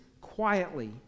quietly